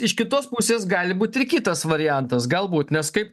iš kitos pusės gali būt ir kitas variantas galbūt nes kaip